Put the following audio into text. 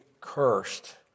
cursed